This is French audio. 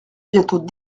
bientôt